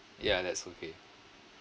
ya that's okay